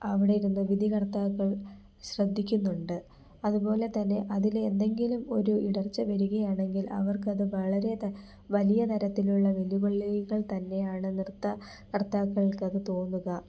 അവിടെ ഇരുന്ന് വിധികർത്താക്കൾ ശ്രദ്ധിക്കുന്നുണ്ട് അതുപോലെ തന്നെ അതിൽ എന്തെങ്കിലും ഒരു ഇടർച്ച വരികയാണെങ്കിൽ അവർക്കത് വളരെ ത വലിയ തരത്തിലുള്ള വെല്ലുവിളികൾ തന്നെയാണ് നൃത്ത കർത്താക്കൾക്കത് തോന്നുക